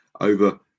over